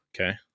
Okay